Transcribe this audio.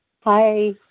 Hi